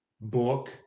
book